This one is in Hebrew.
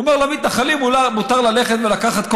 הוא אומר: למתנחלים מותר ללכת ולקחת כל